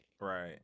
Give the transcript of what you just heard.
Right